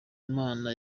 imana